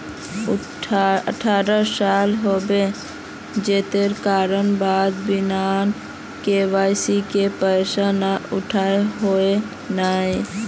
अठारह साल होबे जयते ओकर बाद बिना के.वाई.सी के पैसा न उठे है नय?